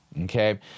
Okay